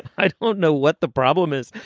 i don't know what the problem is.